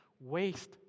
waste